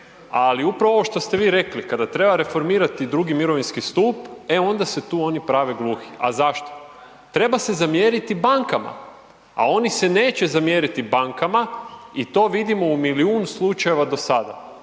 ali upravo ovo što ste vi rekli, kada treba reformirati drugi mirovinski stup, e onda se tu oni prave gluhi. A zašto? Treba se zamjeriti bankama, a oni se neće zamjeriti bankama i to vidimo u milijun slučajeva do sada.